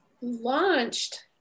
launched